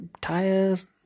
tires